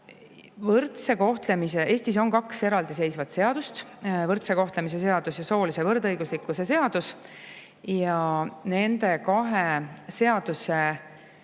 maksutulu teenivad. Eestis on kaks eraldiseisvat seadust, võrdse kohtlemise seadus ja soolise võrdõiguslikkuse seadus, ja nende kahe seaduse